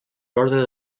ordre